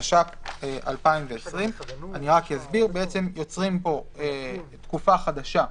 התש"ף 2020. יוצרים פה תקופה חדשה,